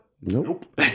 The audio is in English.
nope